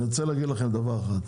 אני רוצה להגיד לכם דבר אחד.